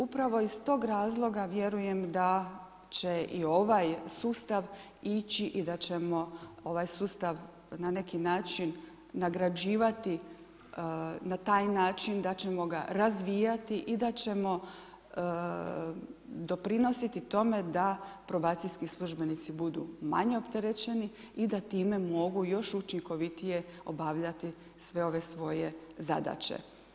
Upravo iz tog razloga vjerujem da će i ovaj sustav ići i da ćemo ovaj sustav na neki način nagrađivati na taj način da ćemo razvijati i da ćemo doprinositi tome da probacijski službenici budu manje opterećeni i da time mogu još učinkovitije obavljati sve ove svoje zadaće.